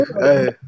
Hey